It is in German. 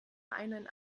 einen